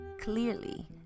Clearly